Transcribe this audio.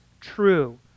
true